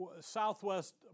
Southwest